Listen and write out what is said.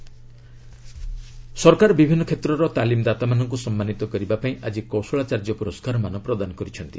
skill awards ସରକାର ବିଭିନ୍ନ କ୍ଷେତ୍ରର ତାଲିମ୍ଦାତାମାନଙ୍କୁ ସମ୍ମାନୀତ କରିବା ପାଇଁ ଆକି କୌଶଳାଚାର୍ଯ୍ୟ ପ୍ରରସ୍କାରମାନ ପ୍ରଦାନ କରିଛନ୍ତି